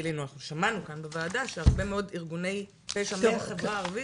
שמענו כאן בוועדה שהרבה מאוד ארגוני פשע מהחברה הערבית,